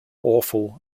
awful